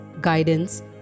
guidance